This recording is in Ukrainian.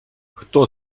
хто